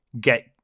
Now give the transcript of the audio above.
get